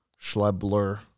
Schlebler